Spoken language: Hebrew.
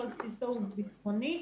כל בסיסו הוא ביטחוני,